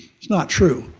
it's not true,